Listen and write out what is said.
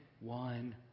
one